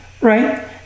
right